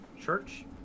church